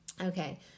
Okay